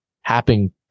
happening